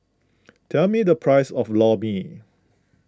tell me the price of Lor Mee